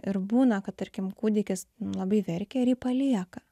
ir būna kad tarkim kūdikis labai verkia ir jį palieka